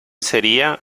sería